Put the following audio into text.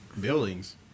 buildings